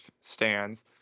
stands